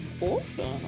Awesome